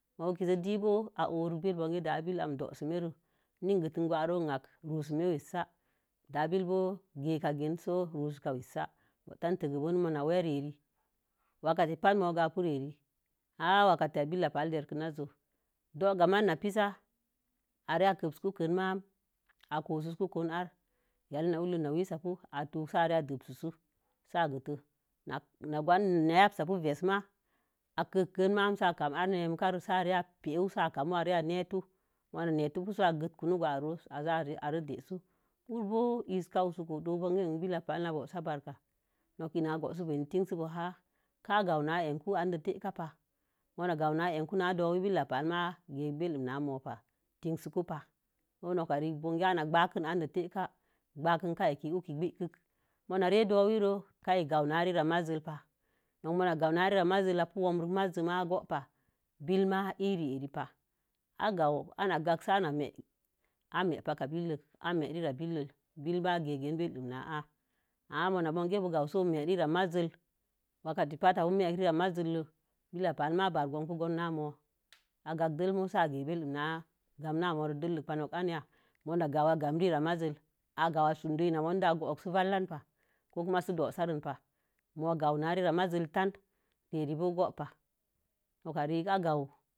Na mo̱o̱ kisedi boo. A werik weh da'a billək dowusu me re n i gontə gwaare akə. rusəme wesa da'a billək gekage sə rusuka wesa'a. Ba'tə ben a were are waagə zi tə a pu rə are har wakətə ya billək pekin wake'a niaiz do kama ri ina pisa'a. Are kwonku ma'am ii kosun ko are, yanon na wulei na wilsə a tursəya sədənsun. sə ii gətə nan gonan yasəkə. A kptun ma'am sə ii kam su are nemimikare. si ii za sia'a pewu akamu are nemikare se a'a nətu. mona natə tubu sə ketkun sə a'a desun hurbo̱o̱ ika wusuko, mo̱o̱ bo billək bo̱o̱ hur nan bosar ba'aka nok ina a bosubo ēnin har ka ha gam a alba'arka. Ka ga'uwu naa anku pa'a anguwu moo na gawu na neeku nok. Billək pa har ma gegik bildum na mo̱o̱ pa tin su ku pa so nok ka rii kə. Ka an kwakgak an teka ba hah indei tekaba'a, kwakgak indei tekaba'a kwakgak re ā ke inin tə ka mo̱o̱na re do̱wii kan gamwe na rerei dowi ron pa'a non ma gawu'u na rera do'oron maiz pa nok ma gwawe na rera maiz apu wuroku rozi gowupa billək ire ba'a a ganwu. an agak siana ma'apa billək. bo̱o̱ gegenin benbonon na a'a. Ama ma moo gkəsə bo̱o̱ mehir rira maiz. Ama na bokə boo kawo sə bo̱o̱ meirira maiz. nok dintu nok ka bə mə rira maiz lei billək pahama bilri gonkum gon na mōō. Agak debo̱o̱ səge beldur nok anya ma gaawu an gan rira maiz ui. A sundo imode sə valai pa ko ma sə zọọ sare pap moo go an guniwu na rira maiz tani. ē nin bo̱o̱ go'obaha. Nok ka rei akwa